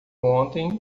ontem